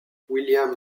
william